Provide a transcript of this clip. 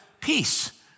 peace